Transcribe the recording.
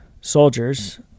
soldiers